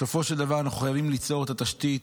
בסופו של דבר אנחנו חייבים ליצור את התשתית,